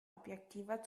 objektiver